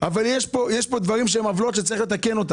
אבל יש פה עוולות שצריך לתקן.